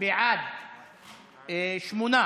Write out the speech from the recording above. לוועדה שתקבע